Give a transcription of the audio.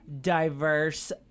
diverse